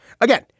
Again